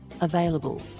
available